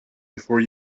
before